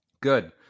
Good